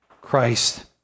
Christ